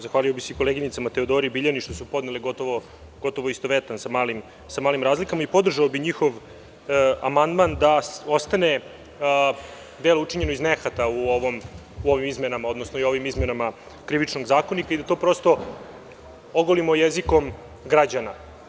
Zahvalio bih se koleginicama Teodori i Biljani što su podnele gotovo istovetan sa malim razlikama i podržao bih njihov amandman da ostane delo učinjeno iz nehata u ovim izmenama Krivičnog zakonika i da to ogolimo jezikom građana.